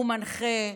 הוא מנחה,